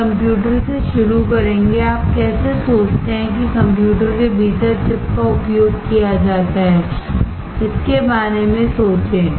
हम कंप्यूटर से शुरू करेंगे आप कैसे सोचते हैं कि कंप्यूटर के भीतर चिप का उपयोग किया जाता है इसके बारे में सोचें